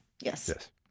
yes